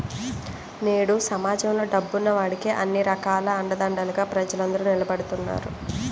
నేడు సమాజంలో డబ్బున్న వాడికే అన్ని రకాల అండదండలుగా ప్రజలందరూ నిలబడుతున్నారు